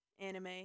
anime